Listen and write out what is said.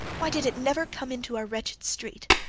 why did it never come into our wretched street?